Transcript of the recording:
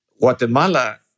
Guatemala